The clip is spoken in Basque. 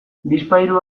bizpahiru